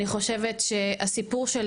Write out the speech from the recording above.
אני חושבת שהסיפור של